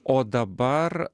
o dabar